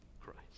Christ